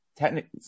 technically